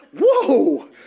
Whoa